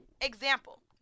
Example